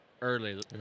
early